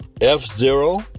F-Zero